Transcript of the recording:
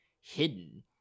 hidden